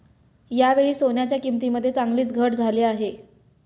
यावेळी सोन्याच्या किंमतीमध्ये चांगलीच घट झाली आहे